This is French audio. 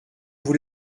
vous